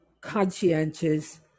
conscientious